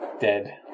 Dead